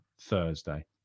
Thursday